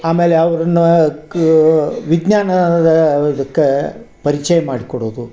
ಆಮೇಲೆ ಅವ್ರನ್ನ ಕ ವಿಜ್ಞಾನದ ಇದಕ್ಕೆ ಪರಿಚಯ ಮಾಡಿಕೊಡೋದು